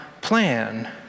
plan